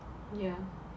ya